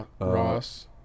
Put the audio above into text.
Ross